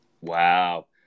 Wow